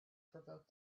provoked